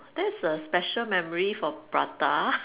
this is a special memory for prata